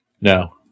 No